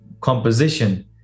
composition